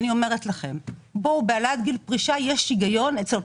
אני אומר לכם שבהעלאת גיל פרישה יש הגיון לגבי